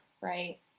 right